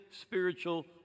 spiritual